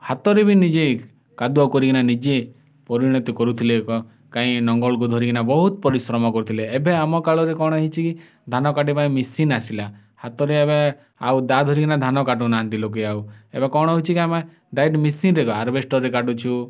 ହାତରେ ବି ନିଜେ କାଦୁଅ କରିକିନା ନିଜେ ପରିଣତ କରୁଥିଲେ ଏକ କାଇଁ ଲଙ୍ଗଳକୁ ଧରିକିନା ବହୁତ୍ ପରିଶ୍ରମ କରୁଥିଲେ ଏବେ ଆମ କାଳରେ କ'ଣ ହେଇଛି ଧାନ କାଟିବା ମେସିନ୍ ଆସିଲା ହାତରେ ଏବେ ଆଉ ଦାଆ ଧରିକିନା ଧାନ କାଟୁନାହାନ୍ତି ଲୋକେ ଆଉ ଏବେ କ'ଣ ହଉଛିକି ଆମେ ଡାଇରେକ୍ଟ ମିସିନ୍ରେ ହାରବେଷ୍ଟର୍ରେ କାଟୁଛୁ